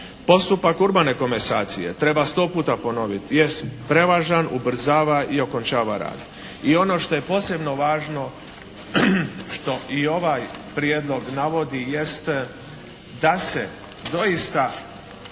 Postupak urbane komesacije treba stop puta ponoviti jest prevažaj, ubrzava i okončava rad. I ono što je posebno važno, što i ovaj prijedlog navodi jeste da se doista